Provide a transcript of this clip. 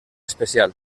especial